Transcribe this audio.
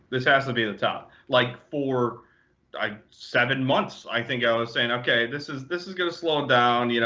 this has to be the top. like for seven months i think i was saying, ok, this is this is going to slow down. you know